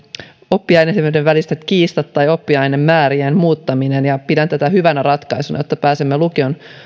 oppiaineiden väliset kiistat tai oppiainemäärien muuttaminen ja pidän tätä hyvänä ratkaisuna jotta pääsemme lukion